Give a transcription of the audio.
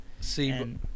See